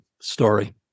story